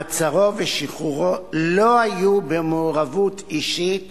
מעצרו ושחרורו לא היו במעורבות אישית